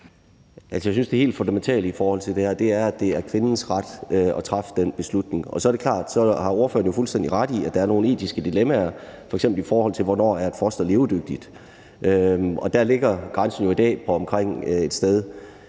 (EL): Jeg synes, det helt fundamentale i forhold til det her er, at det er kvindens ret at træffe den beslutning. Så er det klart, at ordføreren jo har fuldstændig ret i, at der er nogle etiske dilemmaer, f.eks. i forhold til hvornår et foster er levedygtigt. Der ligger grænsen jo i dag på omkring 24 uger,